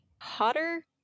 hotter